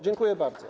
Dziękuję bardzo.